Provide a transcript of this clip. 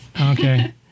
okay